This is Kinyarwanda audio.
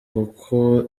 kuko